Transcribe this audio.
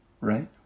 right